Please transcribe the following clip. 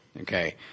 Okay